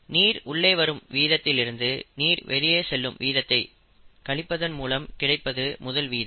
நீர் உள்ளே வரும் வீதத்தில் இருந்து நீர் வெளியே செல்லும் வீதத்தை கழிப்பதான் மூலம் கிடைப்பது முதல் வீதம்